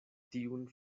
tiun